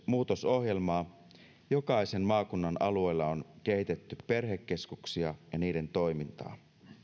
muutosohjelmaa jokaisen maakunnan alueella on kehitetty perhekeskuksia ja niiden toimintaa